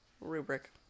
rubric